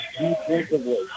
defensively